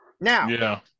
Now